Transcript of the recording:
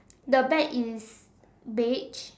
the bag is beige